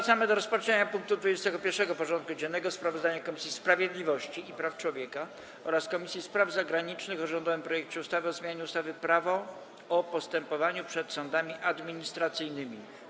Powracamy do rozpatrzenia punktu 21. porządku dziennego: Sprawozdanie Komisji Sprawiedliwości i Praw Człowieka oraz Komisji Spraw Zagranicznych o rządowym projekcie ustawy o zmianie ustawy Prawo o postępowaniu przed sądami administracyjnymi.